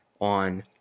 on